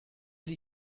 sie